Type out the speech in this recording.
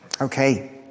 Okay